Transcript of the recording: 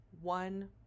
one